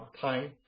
time